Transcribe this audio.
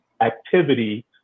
activity